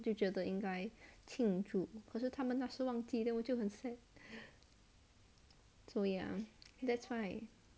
就觉得应该庆祝可是他们那时忘记 then 我就很 sad so ya that's why